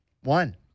one